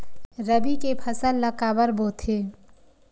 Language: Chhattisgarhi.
रबी के फसल ला काबर बोथे?